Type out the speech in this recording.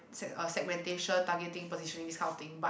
seg~ oh segmentation targeting positioning this kind of thing but